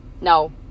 no